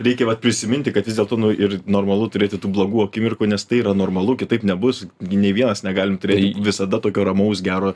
reikia prisiminti kad vis dėlto nu ir normalu turėti tų blogų akimirkų nes tai yra normalu kitaip nebus gi nė vienas negalim turėti visada tokio ramaus gero